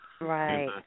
Right